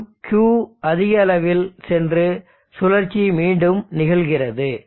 மேலும் Q அதிக அளவில் சென்று சுழற்சி மீண்டும் நிகழ்கிறது